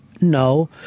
no